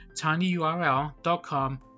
tinyurl.com